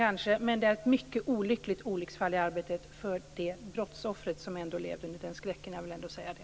Men det är ett mycket olyckligt olycksfall i arbetet för det brottsoffer som lever under skräck. Jag vill ändå säga det.